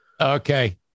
Okay